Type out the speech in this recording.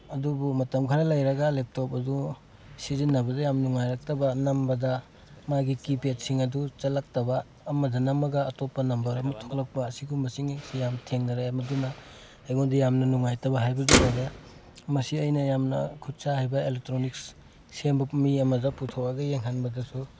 ꯑꯗꯨꯕꯨ ꯃꯇꯝ ꯈꯔ ꯂꯩꯔꯒ ꯂꯦꯞꯇꯣꯞ ꯑꯗꯨ ꯁꯤꯖꯤꯟꯅꯕꯗ ꯌꯥꯝ ꯅꯨꯡꯉꯥꯏꯔꯛꯇꯕ ꯅꯝꯕꯗ ꯃꯥꯒꯤ ꯀꯤ ꯄꯦꯠꯁꯤꯡ ꯑꯗꯨ ꯆꯠꯂꯛꯇꯕ ꯑꯃꯗ ꯅꯝꯃꯒ ꯑꯇꯣꯞꯄ ꯅꯝꯕꯔ ꯑꯃ ꯊꯣꯛꯂꯛꯄ ꯑꯁꯤꯒꯨꯝꯕꯁꯤꯡꯁꯦ ꯌꯥꯝ ꯊꯦꯡꯅꯔꯦ ꯃꯗꯨꯅ ꯑꯩꯉꯣꯟꯗ ꯌꯥꯝꯅ ꯅꯨꯡꯉꯥꯏꯇꯕ ꯍꯥꯏꯕꯗꯨ ꯑꯣꯏꯔꯦ ꯃꯁꯤ ꯑꯩꯅ ꯌꯥꯝꯅ ꯈꯨꯠ ꯁꯥ ꯍꯩꯕ ꯑꯦꯂꯦꯛꯇ꯭ꯔꯣꯅꯤꯛꯁ ꯁꯦꯝꯕ ꯃꯤ ꯑꯃꯗ ꯄꯨꯊꯣꯛꯑꯒ ꯌꯦꯡꯍꯟꯕꯗꯁꯨ